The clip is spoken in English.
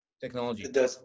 technology